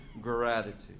gratitude